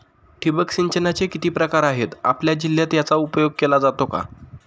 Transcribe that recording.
ठिबक सिंचनाचे किती प्रकार आहेत? आपल्या जिल्ह्यात याचा उपयोग केला जातो का?